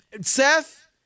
Seth